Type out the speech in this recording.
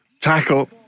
tackle